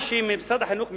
מה שמשרד החינוך משלם,